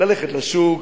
ללכת לשוק,